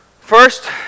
First